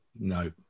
No